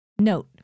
Note